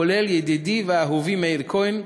כולל ידידי ואהובי מאיר כהן,